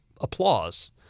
applause